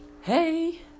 Hey